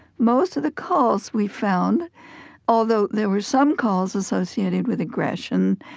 most of the calls we found although there were some calls associated with aggression,